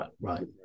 right